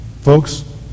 Folks